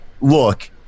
look